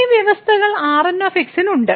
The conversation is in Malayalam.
ഈ വ്യവസ്ഥകൾ Rn ന് ഉണ്ട്